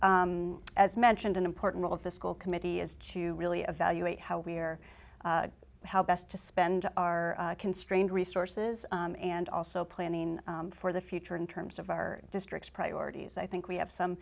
th as mentioned an important role of the school committee is to really evaluate how we're how best to spend our constrained resources and also planning for the future in terms of our districts priorities i think we have some